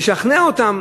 לשכנע אותם